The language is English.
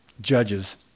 judges